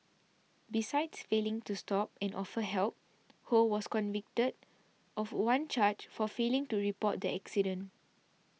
besides failing to stop and offer help Ho was convicted of one charge for failing to report the accident